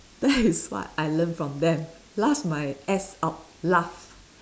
that is what I learn from them laugh my ass out laugh